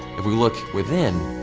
if we look within,